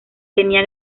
tenía